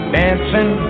dancing